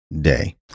day